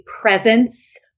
presence